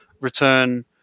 return